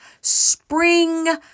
spring